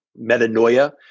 metanoia